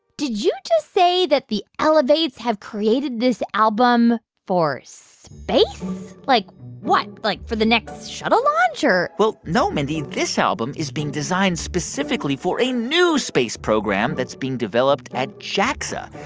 did you just say that the elevates have created this album for space? like what? like, for the next shuttle launch or. well, no, mindy. this album is being designed specifically for a new space program that's being developed at jaxa,